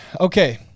Okay